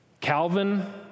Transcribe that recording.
Calvin